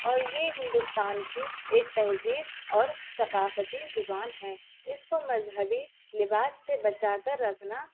اور یہ ہندوستان کی ایک تہذیب اور ثقافتی زبان ہے اس کو مذہبی لباس سے بچا کر رکھنا